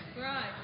Right